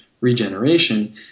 regeneration